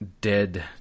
dead